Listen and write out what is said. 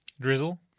Drizzle